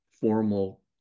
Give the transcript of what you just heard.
Formal